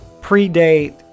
predate